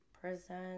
Present